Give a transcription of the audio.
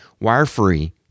Wire-free